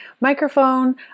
microphone